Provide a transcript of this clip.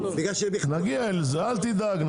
נגיע לזה, אל תדאג.